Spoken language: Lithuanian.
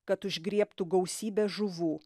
kad užgriebtų gausybę žuvų